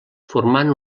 formant